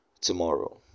tomorrow